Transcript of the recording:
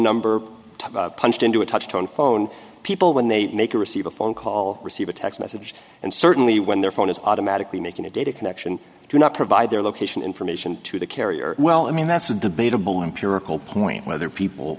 number punched into a touch tone phone people when they make or receive a phone call receive a text message and certainly when their phone is automatically making a data connection do not provide their location information to the carrier well i mean that's a debate empirical point whether people